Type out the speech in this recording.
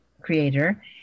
Creator